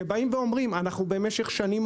שאומרים את זה במשך שנים,